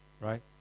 Right